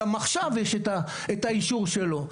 גם עכשיו יש את האישור שלו,